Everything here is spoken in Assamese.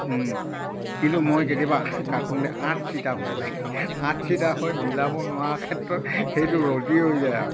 কিন্তু মই কেতিয়াবা কাটোঁতে আঠচিটা হৈ যায় আঠচিটা হৈ মিলাব নোৱাৰা ক্ষেত্ৰত সেইটো ৰদী হৈ যায় আৰু